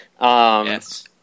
Yes